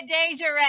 dangerous